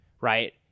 right